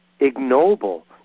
ignoble